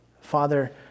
Father